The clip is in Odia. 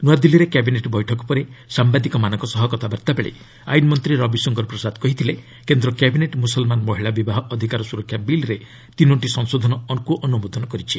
ନୂଆଦିଲ୍ଲୀରେ କ୍ୟାବିନେଟ୍ ବୈଠକ ପରେ ସାମ୍ବାଦିକମାନଙ୍କ ସହ କଥାବାର୍ତ୍ତାବେଳେ ଆଇନ ମନ୍ତ୍ରୀ ରବିଶଙ୍କର ପ୍ରସାଦ କହିଥିଲେ କେନ୍ଦ୍ର କ୍ୟାବିନେଟ୍ ମୁସଲମାନ ମହିଳା ବିବାହ ଅଧିକାର ସୁରକ୍ଷା ବିଲ୍ରେ ତିନୋଟି ସଂଶୋଧନ ଅନୁମୋଦନ କରିଛି